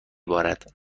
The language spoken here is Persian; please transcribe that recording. بارد